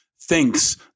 thinks